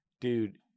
dude